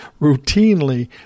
routinely